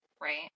right